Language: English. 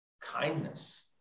kindness